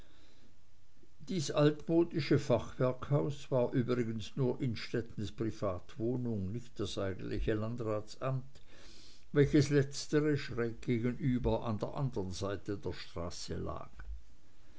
dies altmodische fachwerkhaus war übrigens nur innstettens privatwohnung nicht das eigentliche landratsamt welches letztere schräg gegenüber an der anderen seite der straße lag